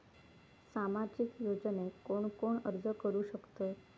सामाजिक योजनेक कोण कोण अर्ज करू शकतत?